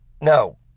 No